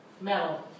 Metal